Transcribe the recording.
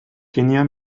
kenya